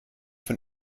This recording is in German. von